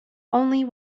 only